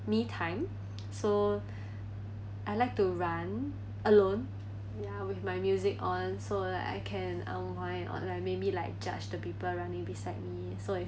me time so I like to run alone ya with my music on so like I can unwind or like maybe like judge the people running beside me so